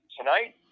Tonight